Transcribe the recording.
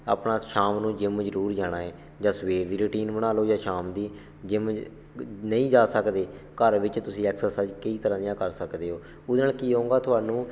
ਆਪਣਾ ਸ਼ਾਮ ਨੂੰ ਜਿੰਮ ਜ਼ਰੂਰ ਜਾਣਾ ਹੈ ਜਾਂ ਸਵੇਰ ਦੀ ਰੂਟੀਨ ਬਣਾ ਲਓ ਜਾਂ ਸ਼ਾਮ ਦੀ ਜਿੰਮ ਨਹੀਂ ਜਾ ਸਕਦੇ ਘਰ ਵਿੱਚ ਤੁਸੀਂ ਐਕਸਰਸਾਈਜ਼ ਕਈ ਤਰ੍ਹਾਂ ਦੀਆਂ ਕਰ ਸਕਦੇ ਹੋ ਉਹਦੇ ਨਾਲ ਕੀ ਹੋਊਗਾ ਤੁਹਾਨੂੰ